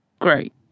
Great